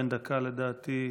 לדעתי,